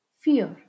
Fear